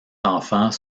enfant